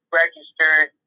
registered